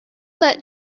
met